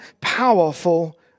powerful